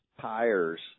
tires